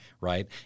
Right